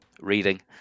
reading